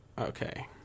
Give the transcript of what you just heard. Okay